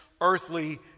earthly